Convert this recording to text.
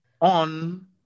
on